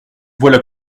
voilà